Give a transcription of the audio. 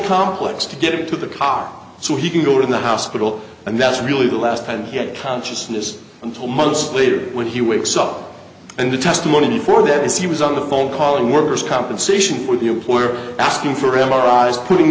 complex to get into the car so he can go to the hospital and that's really the last time he had consciousness until months later when he wakes up and the testimony before that is he was on the phone calling workers compensation for the employer asking for l r i's putting